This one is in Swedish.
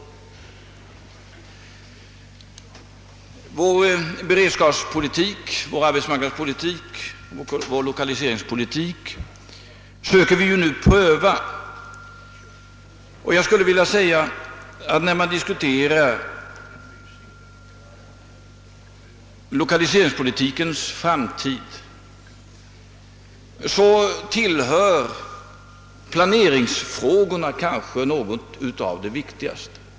Vår beredskapspolitik, vår arbetsmarknadspolitik och vår lokaliseringspolitik söker vi nu pröva. När man diskuterar lokaliseringspolitikens framtid är kanske planeringsfrågorna något av det viktigaste.